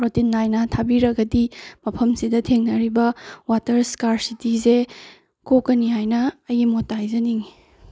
routine ꯅꯥꯏꯅ ꯊꯥꯕꯤꯔꯒꯗꯤ ꯃꯐꯝꯁꯤꯗ ꯊꯦꯡꯅꯔꯤꯕ ꯋꯥꯇꯔ ꯁ꯭ꯀꯥꯔꯁꯤꯇꯤꯁꯦ ꯀꯣꯛꯀꯅꯤ ꯍꯥꯏꯅ ꯑꯩꯒꯤ ꯃꯣꯠꯇ ꯍꯥꯏꯖꯅꯤꯡꯉꯤ